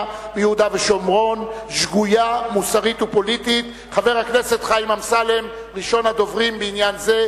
ביהודה ושומרון כ"שגויה מוסרית ופוליטית" הצעות לסדר-היום מס' 2962,